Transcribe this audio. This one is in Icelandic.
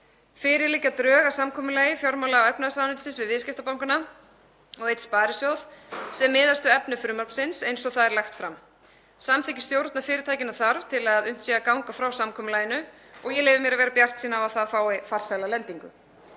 Fyrir liggja drög að samkomulagi fjármála- og efnahagsráðuneytisins við viðskiptabankana og einn sparisjóð sem miðast við efni frumvarpsins eins og það er lagt fram. Samþykki stjórna fyrirtækjanna þarf til að unnt sé að ganga frá samkomulaginu og ég leyfi mér að vera bjartsýn á að það fái farsæla lendingu.